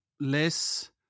less